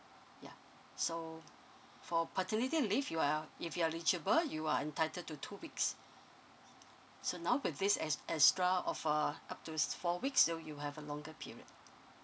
yeah so for paternity leave you are if you are eligible you are entitled to two weeks so now with this ex~ extra of uh up to four weeks so you have a longer period